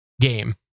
game